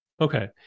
Okay